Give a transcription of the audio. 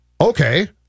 okay